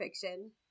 fiction